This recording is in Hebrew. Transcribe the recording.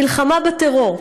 מלחמה בטרור,